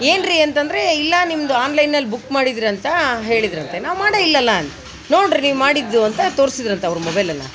ಏನ್ರಿ ಅಂತಂದ್ರೆ ಇಲ್ಲ ನಿಮ್ಮದು ಆನ್ಲೈನ್ನಲ್ಲಿ ಬುಕ್ ಮಾಡಿದ್ರಂತೆ ಹೇಳಿದ್ರಂತೆ ನಾವು ಮಾಡೆಯಿಲ್ಲಲ್ವ ನೋಡಿರಿ ನೀವು ಮಾಡಿದ್ದು ಅಂತ ತೋರಿಸಿದ್ರಂತೆ ಅವ್ರ ಮೊಬೈಲನ್ನು